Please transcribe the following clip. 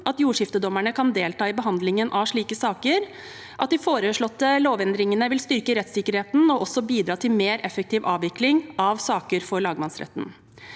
at jordskiftedommerne kan delta i behandlingen av slike saker, og at de foreslåtte lovendringene vil styrke rettssikkerhe ten og også bidra til mer effektiv avvikling av saker for lagmannsretten.